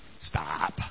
Stop